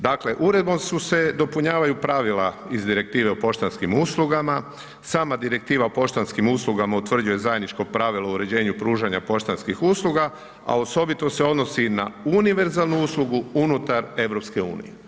Dakle, uredbom su se dopunjavaju pravila iz Direktive o poštanskim uslugama, sama Direktiva o poštanskim uslugama utvrđuje zajedničko pravilo o uređenju pružanja poštanskih usluga, a osobito se odnosi na univerzalnu uslugu unutar EU.